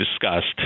discussed